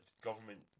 government